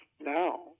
now